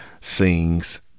sings